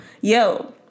yo